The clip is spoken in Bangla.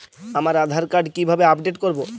আমার আধার কার্ড কিভাবে আপডেট করব?